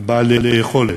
על בעלי היכולת.